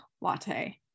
latte